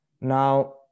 Now